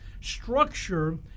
structure